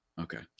Okay